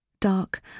Dark